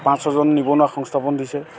পাঁচ ছজন নিবনুৱাক সংস্থাপন দিছে